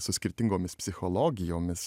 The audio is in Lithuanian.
su skirtingomis psichologijomis